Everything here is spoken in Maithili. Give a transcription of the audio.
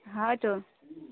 हाट